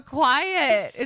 quiet